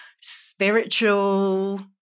spiritual